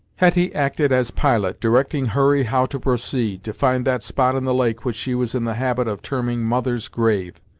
hetty acted as pilot, directing hurry how to proceed, to find that spot in the lake which she was in the habit of terming mother's grave.